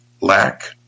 lack